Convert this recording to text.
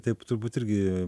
taip turbūt irgi